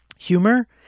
Humor